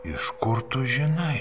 iš kur tu žinai